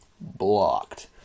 Blocked